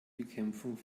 bekämpfung